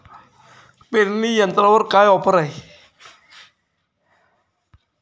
पेरणी यंत्रावर काय ऑफर आहे?